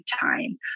time